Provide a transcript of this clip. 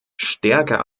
stärker